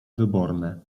wyborne